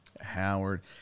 Howard